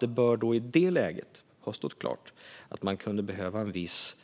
Det borde i det läget ha stått klart att man kunde behöva en viss